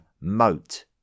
moat